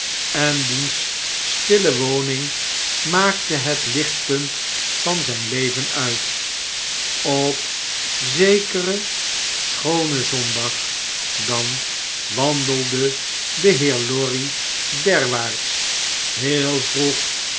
en diens stille woning maakte het lichtpunt van zijn leven uit op zekeren schoonen zondag dan wandelde de heer lorry derwaarts heel vroeg